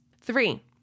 Three